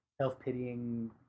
self-pitying